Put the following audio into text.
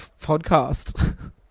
podcast